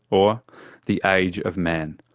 or the age of man.